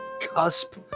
cusp